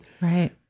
Right